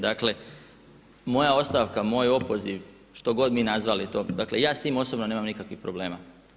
Dakle, moja ostavka, moj opoziv što god mi nazvali to, dakle ja s tim osobno nema nikakvih problema.